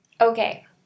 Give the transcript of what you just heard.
Okay